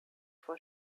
vor